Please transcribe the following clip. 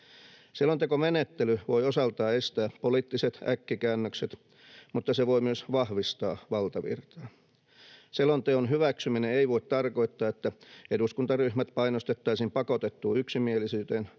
Selontekomenettely voi osaltaan estää poliittiset äkkikäännökset, mutta se voi myös vahvistaa valtavirtaa. Selonteon hyväksyminen ei voi tarkoittaa, että eduskuntaryhmät painostettaisiin pakotettuun yksimielisyyteen,